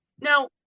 Now